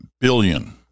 billion